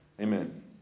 amen